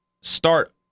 start